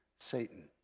Satan